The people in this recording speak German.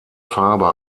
farbe